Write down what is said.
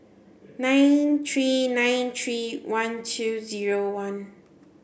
nine three nine three one two zero one